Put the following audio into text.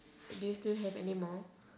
do you still have anymore